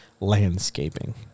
landscaping